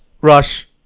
Rush